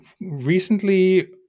recently